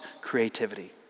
creativity